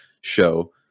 show